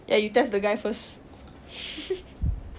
ya you test the guy first